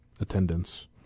attendance